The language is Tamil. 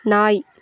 நாய்